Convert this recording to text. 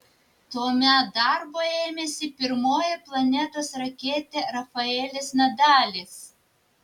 tuomet darbo ėmėsi pirmoji planetos raketė rafaelis nadalis